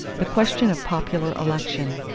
the question of popular election.